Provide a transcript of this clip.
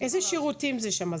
איזה שירותים יש שמה?